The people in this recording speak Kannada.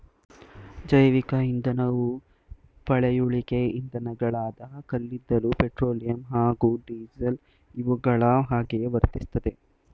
ಜೈವಿಕ ಇಂಧನವು ಪಳೆಯುಳಿಕೆ ಇಂಧನಗಳಾದ ಕಲ್ಲಿದ್ದಲು ಪೆಟ್ರೋಲಿಯಂ ಹಾಗೂ ಡೀಸೆಲ್ ಇವುಗಳ ಹಾಗೆಯೇ ವರ್ತಿಸ್ತದೆ